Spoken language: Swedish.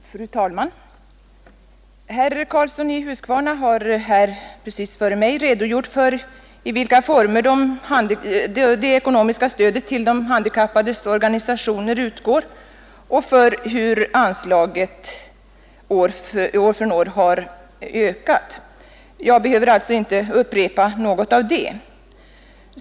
Fru talman! Herr Karlsson i Huskvarna har redogjort för i vilka former det ekonomiska stödet till de handikappades organisationer utgår och för hur anslaget har ökat år från år. Jag behöver alltså inte upprepa något av det.